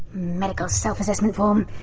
medical self-assessment form.